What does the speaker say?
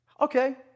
Okay